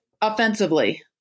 offensively